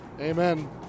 Amen